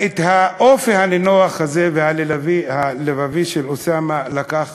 את האופי הנינוח הזה והלבבי שלו אוסאמה לקח